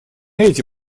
эти